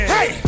Hey